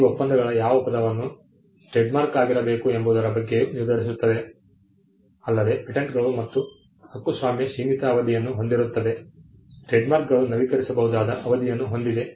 ಈ ಒಪ್ಪಂದಗಳು ಯಾವ ಪದವನ್ನು ಟ್ರೇಡ್ಮಾರ್ಕ್ ಆಗಿರಬೇಕು ಎಂಬುದರ ಬಗ್ಗೆಯೂ ನಿರ್ಧರಿಸುತ್ತದೆ ಅಲ್ಲದೆ ಪೇಟೆಂಟ್ಗಳು ಮತ್ತು ಹಕ್ಕುಸ್ವಾಮ್ಯ ಸೀಮಿತ ಅವಧಿಯನ್ನು ಹೊಂದಿರುತ್ತದೆ ಟ್ರೇಡ್ಮಾರ್ಕ್ಗಳು ನವೀಕರಿಸಬಹುದಾದ ಅವಧಿಯನ್ನು ಹೊಂದಿದೆ